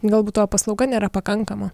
galbūt tavo paslauga nėra pakankama